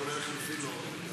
כולל לחלופין, להסיר.